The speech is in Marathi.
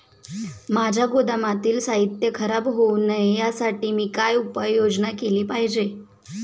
माझ्या गोदामातील साहित्य खराब होऊ नये यासाठी मी काय उपाय योजना केली पाहिजे?